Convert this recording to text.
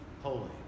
holy